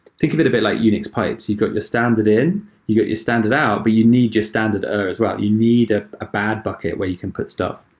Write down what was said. think of it but like unix pipes. you got your standard in. you got your standard out, but you need your standard err as well. you need a ah bad bucket where you can put stuff.